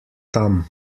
tam